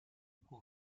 hoe